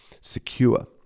secure